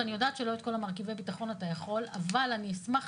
ואני יודעת שלא את כל מרכיבי הביטחון אתה יכול,